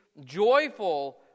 joyful